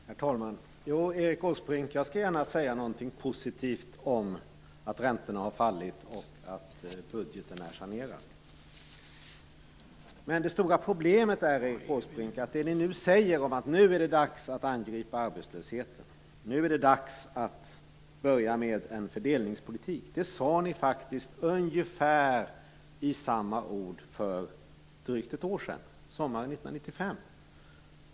Herr talman! Jo, Erik Åsbrink, jag skall gärna säga något positivt om att räntorna har fallit och att budgeten är sanerad. Men det stora problemet, Erik Åsbrink, är att det som ni nu säger om att det nu är dags att angripa arbetslösheten och att påbörja en fördelningspolitik sade ni faktiskt ungefär med samma ord för drygt ett år sedan, sommaren 1995.